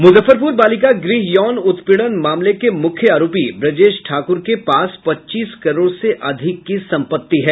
मुजफ्फरपुर बालिका गृह यौन उत्पीड़न मामले के मुख्य आरोपी ब्रजेश ठाकुर के पास पच्चीस करोड़ से अधिक संपत्ति है